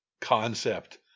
concept